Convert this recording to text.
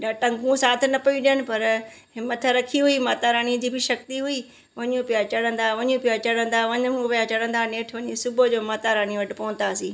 हे टंगूं साथ न पयूं ॾियनि पर हिमत रखी हुई माता राणीअ जी बि शक्ति हुई वञू पिया चढ़ंदा वञू पिया चढ़ंदा नेठि वञी सुबूह जो माता रानीअ वटि पहुंतासीं